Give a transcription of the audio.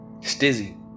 Stizzy